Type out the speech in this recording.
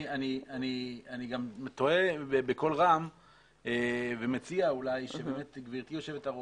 אני גם תוהה בקול רם ומציע אולי שגברתי יושבת הראש,